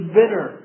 bitter